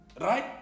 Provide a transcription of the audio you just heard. Right